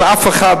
אף אחד,